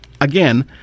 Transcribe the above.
again